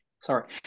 sorry